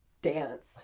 dance